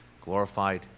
glorified